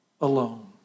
alone